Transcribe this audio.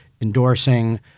endorsing